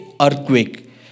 earthquake